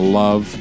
love